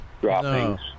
droppings